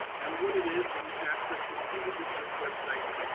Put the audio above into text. and what it is, and you can access this through the district's website,